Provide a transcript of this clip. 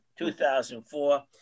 2004